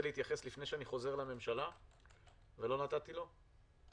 להתייחס לפני שאני חוזר לממשלה ולא נתתי לו?